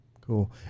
cool